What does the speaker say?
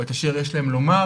או את אשר יש להם לומר,